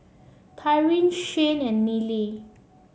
Tyrin Shane and Neely